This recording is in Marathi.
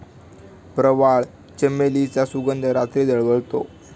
प्रवाळ, चमेलीचा सुगंध रात्री दरवळतो